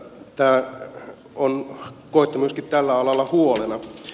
tämä on koettu myöskin tällä alalla huolena